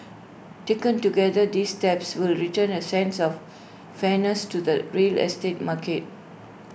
taken together these steps will return A sense of fairness to the real estate market